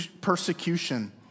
persecution